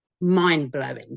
mind-blowing